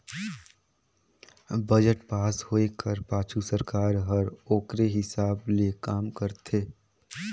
budget pass होए कर पाछू सरकार हर ओकरे हिसाब ले काम करथे